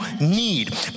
need